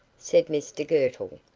said mr girtle.